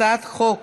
הצעת חוק